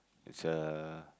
it's a